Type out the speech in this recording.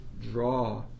draw